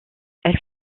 elle